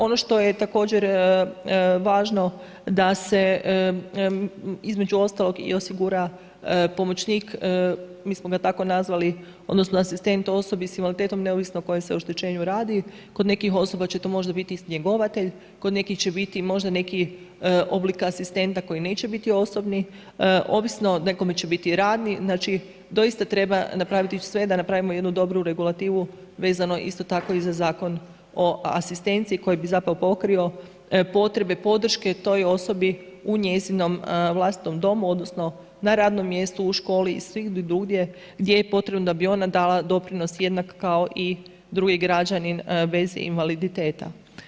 Ono što je također važno da se između ostalog i osigura pomoćnik, mi smo ga tako nazvali odnosno asistent osobi sa invaliditetom neovisno o kojem se oštećenju radi. kod nekih osoba će to možda biti i njegovatelj, kod nekih će biti možda neki oblik asistenta koji neće biti osobni, ovisno nekome će biti radni, znači doista treba napraviti sve da napravimo jednu dobru regulativu vezano isto tako i Zakon o asistenciji koji bi zapravo pokrio potrebe podrške toj osobi u njezinom vlastitom domu odnosno na radnom mjestu, u školi i svugdje drugdje gdje je potrebno da bi ona dala doprinos jednak kao i drugi građanin bez invaliditeta.